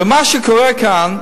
ומה שקורה כאן,